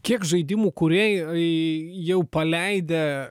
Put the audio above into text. kiek žaidimų kūrėjai jau paleidę